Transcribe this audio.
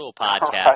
podcast